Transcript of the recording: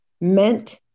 meant